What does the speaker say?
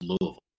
Louisville